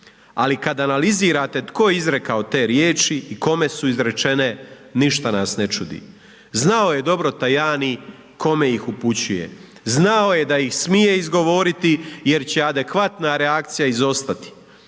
Ali kad analizirate tko je izrekao te riječi i kome su izrečene, ništa nas ne čudi. Znao je dobro Tajani kome ih upućuje, znao je da ih smije izgovoriti jer će adekvatna reakcija izostati,